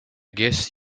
guess